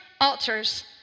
altars